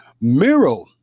Miro